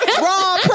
raw